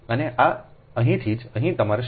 અને આ અહીંથી અહીં તમારે શોધવાનું રહેશે કે તે 1